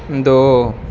दो